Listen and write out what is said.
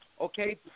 Okay